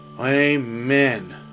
Amen